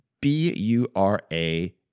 B-U-R-A